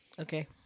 Okay